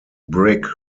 brick